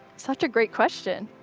such a great question.